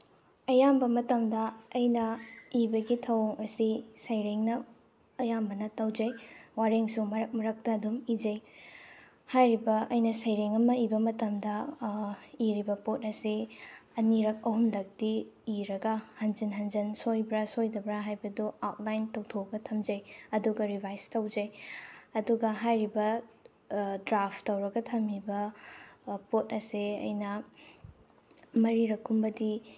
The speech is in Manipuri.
ꯑꯌꯥꯝꯕ ꯃꯇꯝꯗ ꯑꯩꯅ ꯏꯕꯒꯤ ꯊꯧꯑꯣꯡ ꯑꯁꯤ ꯁꯩꯔꯦꯡꯅ ꯑꯌꯥꯝꯕꯅ ꯇꯧꯖꯩ ꯋꯥꯔꯦꯡꯁꯨ ꯃꯔꯛ ꯃꯔꯛꯇ ꯑꯗꯨꯝ ꯏꯖꯩ ꯍꯥꯏꯔꯤꯕ ꯑꯩꯅ ꯁꯩꯔꯦꯡ ꯑꯃ ꯏꯕ ꯃꯇꯝꯗ ꯏꯔꯤꯕ ꯄꯣꯠ ꯑꯁꯤ ꯑꯅꯤꯔꯛ ꯑꯍꯨꯝꯂꯛꯇꯤ ꯏꯔꯒ ꯍꯟꯖꯤꯟ ꯍꯟꯖꯤꯟ ꯁꯣꯏꯕ꯭ꯔ ꯁꯣꯏꯗꯕ꯭ꯔ ꯍꯥꯏꯕꯗꯨ ꯑꯥꯎꯠꯂꯥꯏꯟ ꯇꯧꯊꯣꯛꯑꯒ ꯊꯝꯖꯩ ꯑꯗꯨꯒ ꯔꯤꯚꯥꯏꯖ ꯇꯧꯖꯩ ꯑꯗꯨꯒ ꯍꯥꯏꯔꯤꯕ ꯗ꯭ꯔꯥꯐ ꯇꯧꯔ ꯊꯝꯃꯤꯕ ꯄꯣꯠ ꯑꯁꯦ ꯑꯩꯅ ꯃꯔꯤꯔꯛ ꯀꯨꯝꯕꯗꯤ